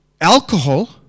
alcohol